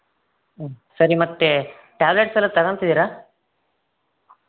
ಸರಿ ಮತ್ತೆ ಟ್ಯಾಬ್ಲೆಟ್ಸೆಲ್ಲ ತಗೋತಿದ್ದೀರಾ